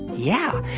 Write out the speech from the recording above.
yeah.